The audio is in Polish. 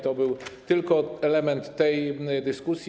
To był tylko element tej dyskusji.